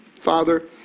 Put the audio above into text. Father